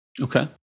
Okay